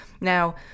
Now